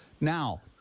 Now